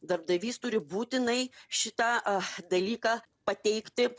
darbdavys turi būtinai šitą dalyką pateikti